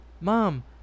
mom